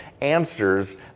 answers